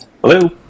Hello